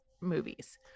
movies